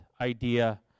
idea